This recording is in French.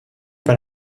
par